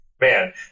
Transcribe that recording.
Man